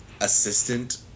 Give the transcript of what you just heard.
assistant